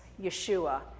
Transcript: Yeshua